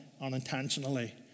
unintentionally